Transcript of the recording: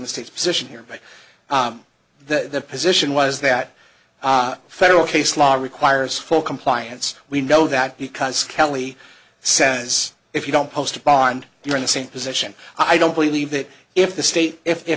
the state's position here but the position was that federal case law requires full compliance we know that because kelly says if you don't post bond you're in the same position i don't believe that if the state